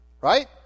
Right